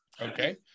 Okay